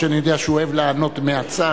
אף-על-פי שאני יודע שהוא אוהב לענות מהצד